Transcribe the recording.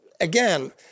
Again